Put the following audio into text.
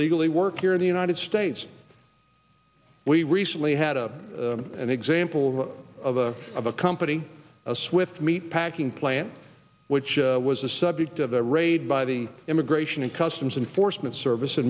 legally work here in the united states we recently had a an example of a of a company a swift meatpacking plant which was the subject of a raid by the immigration and customs enforcement service